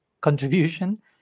contribution